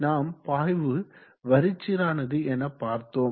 நாம் பாய்வு வரிச்சீரானது எனப்பார்த்தோம்